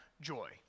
joy